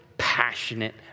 passionate